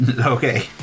Okay